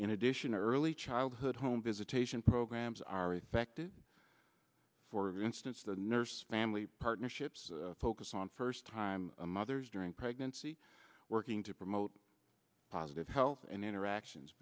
in addition early childhood home visitation programs are affected for instance the nurse family partnerships focus on first time mothers during pregnancy working to promote positive health and interactions